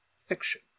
fiction